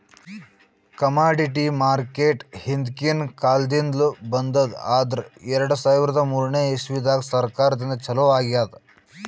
commodity market ಹಿಂದ್ಕಿನ್ ಕಾಲದಿಂದ್ಲು ಬಂದದ್ ಆದ್ರ್ ಎರಡ ಸಾವಿರದ್ ಮೂರನೇ ಇಸ್ವಿದಾಗ್ ಸರ್ಕಾರದಿಂದ ಛಲೋ ಆಗ್ಯಾದ್